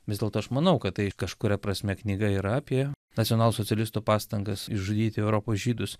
vis dėlto aš manau kad tai kažkuria prasme knyga yra apie nacionalsocialistų pastangas išžudyti europos žydus